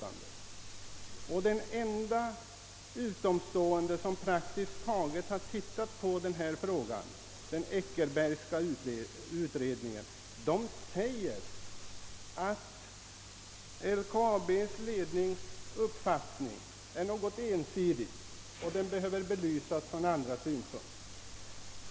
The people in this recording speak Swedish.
Praktiskt taget den enda undersökning, som gjorts av en utomstående i detta sammanhang, är den Eckerbergska utredningen, i vilken anförs att LKAB ledningens uppfattning är något ensidig och behöver belysas från andra synpunkter.